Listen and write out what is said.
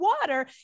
water